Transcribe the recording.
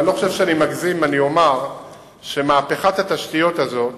ואני לא חושב שאגזים אם אומר שמהפכת התשתיות הזאת